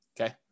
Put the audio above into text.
Okay